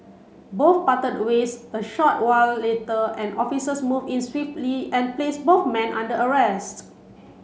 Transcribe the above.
both parted ways a short while later and officers moved in swiftly and placed both men under arrest